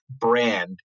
brand